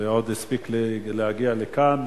הוא הספיק להגיע לכאן,